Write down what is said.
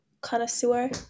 connoisseur